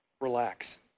relax